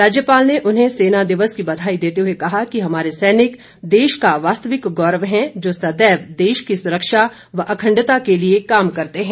राज्यपाल ने उन्हें सेना दिवस की बधाई देते हुए कहा कि हमारे सैनिक देश का वास्तविक गौरव हैं जो सदैव देश की सुरक्षा व अखंडता के लिए काम करते हैं